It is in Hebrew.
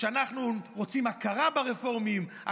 אנחנו רוצים הכרה ברפורמים,